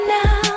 now